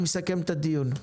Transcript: אני מסכם את הדיון: